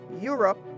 Europe